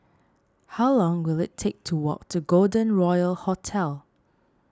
how long will it take to walk to Golden Royal Hotel